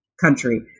country